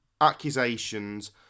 accusations